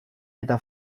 eta